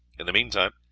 in the meantime,